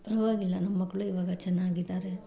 ಪರ್ವಾಗಿಲ್ಲ ನಮ್ಮ ಮಕ್ಕಳು ಇವಾಗ ಚೆನ್ನಾಗಿದ್ದಾರೆ